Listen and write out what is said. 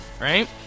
right